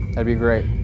be great.